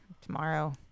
tomorrow